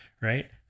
right